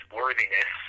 worthiness